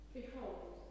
Behold